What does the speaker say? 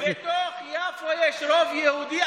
בתוך יפו יש רוב יהודי.